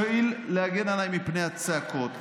יואיל להגן עליי מפני הצעקות.